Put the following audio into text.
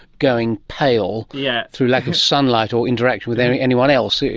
going pale yeah through lack of sunlight or interaction with anyone else, you